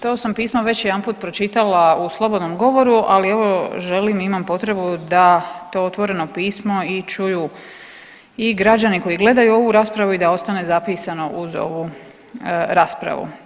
To sam pismo već jedanput pročitala u slobodnom govoru, ali evo želim i imam potrebu da to otvoreno pismo i čuju i građani koji gledaju ovu raspravu i da ostane zapisano uz ovu raspravu.